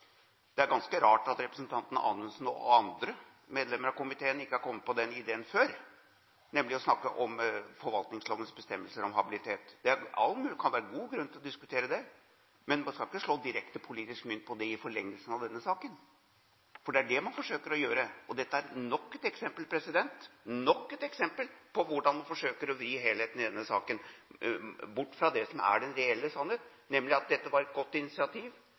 Det er ganske rart at representanten Anundsen og andre medlemmer av komiteen ikke har kommet på den ideen før, nemlig å snakke om forvaltningslovens bestemmelser om habilitet. Det kan være god grunn til å diskutere det, men man skal ikke slå direkte politisk mynt på det i forlengelsen av denne saken, for det er det man forsøker å gjøre. Dette er nok et eksempel på hvordan en forsøker å vri helheten i denne saken bort fra det som er den reelle sannheten, nemlig at dette var et godt initiativ.